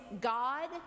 God